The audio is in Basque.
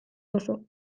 duzu